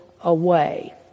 away